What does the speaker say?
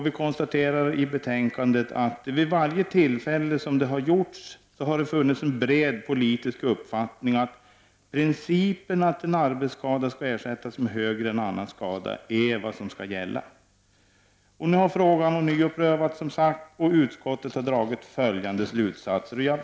Vi konstaterar i betänkandet att det vid varje omprövningstillfälle har funnits en bred politisk uppfattning om att principen att en arbetsskada skall ersättas högre än annan skada är vad som skall gälla. Nu har frågan ånyo prövats och utskottet har dragit följande slutsatser.